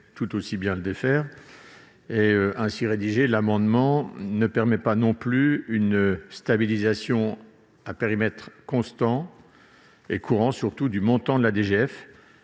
tout aussi bien le défaire ! La rédaction de cet amendement ne permet pas non plus une stabilisation à périmètre constant et courant du montant de la DGF